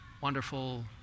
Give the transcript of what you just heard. wonderful